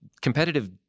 competitive